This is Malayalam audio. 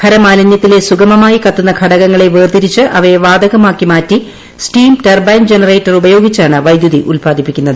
ഖരമാലിനൃത്തിലെ സുഗമമായി ക്ത്തുന്ന ഘടകങ്ങളെ വേർതിരിച്ച് അവയെ വാതകമാക്കി മാറ്റി സ്റ്റീപ്രടർബൈൻ ജനറേറ്റർ ഉപയോഗിച്ചാണ് വൈദ്യുതി ഉത്പാദിപ്പിക്കുന്നത്